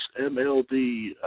MLD